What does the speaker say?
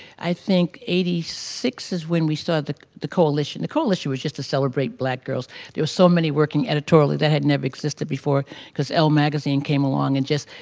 i think eighty six is when we saw the the coalition. the coalition was just to celebrate black girls. there were so many working editorially that had never existed before because elle magazine came along and just,